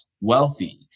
wealthy